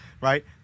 right